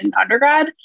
undergrad